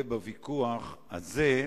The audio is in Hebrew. להעביר את הסמכויות מהסוכנות היהודית למשרד החקלאות.